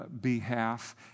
behalf